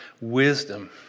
wisdom